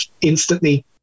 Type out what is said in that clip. instantly